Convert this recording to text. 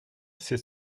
c’est